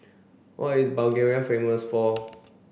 what is Bulgaria famous for